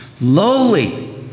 lowly